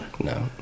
No